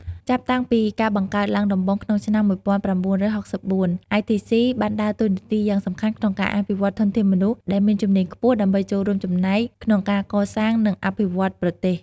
ចាប់តាំងពីការបង្កើតឡើងដំបូងក្នុងឆ្នាំ ១៩៦៤ ITC បានដើរតួនាទីយ៉ាងសំខាន់ក្នុងការអភិវឌ្ឍធនធានមនុស្សដែលមានជំនាញខ្ពស់ ដើម្បីចូលរួមចំណែកក្នុងការកសាង និងអភិវឌ្ឍប្រទេស។